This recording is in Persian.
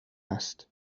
است